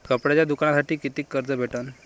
कापडाच्या दुकानासाठी कितीक कर्ज भेटन?